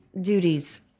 duties